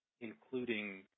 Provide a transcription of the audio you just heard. Including